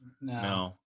No